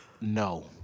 No